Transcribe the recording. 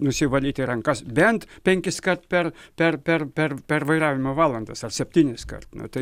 nusivalyti rankas bent penkiskart per per per per per vairavimo valandas ar septyniskart nu tai